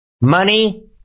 money